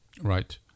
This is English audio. Right